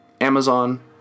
Amazon